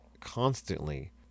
constantly